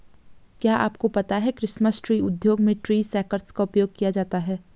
क्या आपको पता है क्रिसमस ट्री उद्योग में ट्री शेकर्स का उपयोग किया जाता है?